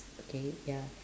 okay ya